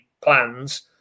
plans